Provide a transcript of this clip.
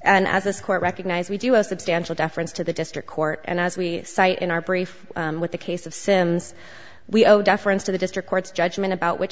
and as this court recognize we do a substantial deference to the district court and as we cite in our brief with the case of sim's we owe deference to the district court's judgment about which